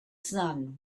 sun